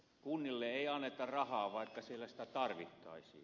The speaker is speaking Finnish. kunnille ei anneta rahaa vaikka siellä sitä tarvittaisiin